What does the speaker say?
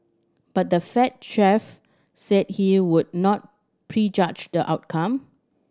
but the Fed chief said he would not prejudge the outcome